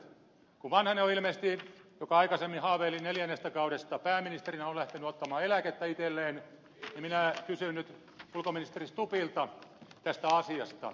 kun ilmeisesti vanhanen joka aikaisemmin haaveili neljännestä kaudesta pääministerinä on lähtenyt ottamaan eläkettä itselleen niin minä kysyn ulkoministeri stubbilta tästä asiasta